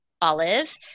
Olive